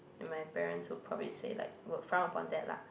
my parents would probably say like would frown upon that lah